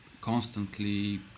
constantly